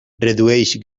redueix